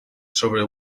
sobre